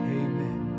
amen